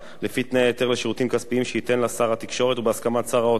לפי תנאי ההיתר לשירותים כספיים שייתן לה שר התקשורת בהסכמת שר האוצר.